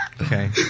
Okay